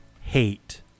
hate